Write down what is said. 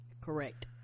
correct